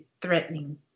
threatening